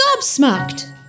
gobsmacked